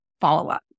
follow-up